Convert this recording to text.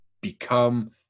become